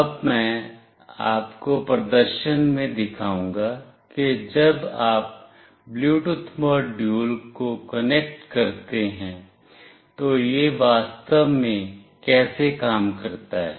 अब मैं आपको प्रदर्शन में दिखाऊंगा कि जब आप ब्लूटूथ मॉड्यूल को कनेक्ट करते हैं तो यह वास्तव में कैसे काम करता है